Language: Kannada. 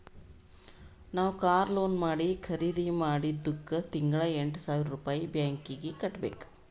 ನಾವ್ ಕಾರ್ ಲೋನ್ ಮಾಡಿ ಖರ್ದಿ ಮಾಡಿದ್ದುಕ್ ತಿಂಗಳಾ ಎಂಟ್ ಸಾವಿರ್ ರುಪಾಯಿ ಬ್ಯಾಂಕೀಗಿ ಕಟ್ಟಬೇಕ್